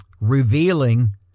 revealing